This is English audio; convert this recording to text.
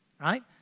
right